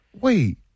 Wait